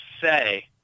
say